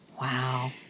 Wow